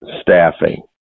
staffing